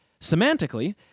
Semantically